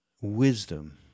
wisdom